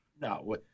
No